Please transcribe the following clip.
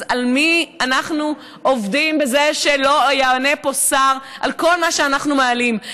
אז על מי אנחנו עובדים בזה שלא יענה פה שר על כל מה שאנחנו מעלים?